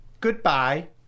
Goodbye